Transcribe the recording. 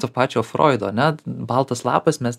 to pačio froido net baltas lapas mes